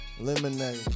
Lemonade